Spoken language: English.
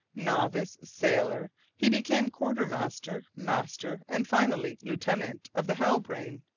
novice, sailor, he became quartermaster, master, and finally lieutenant of the halbrane,